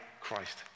Christ